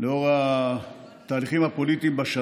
אתם לא יודעים לאיזה כאוס הכנסתם את המדינה